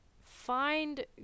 find